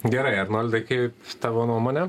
gerai arnoldai kaip tavo nuomone